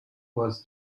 was